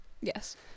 Yes